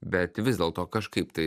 bet vis dėlto kažkaip tai